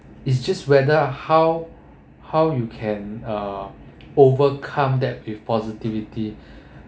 it's just whether how how you can uh overcome that with positivity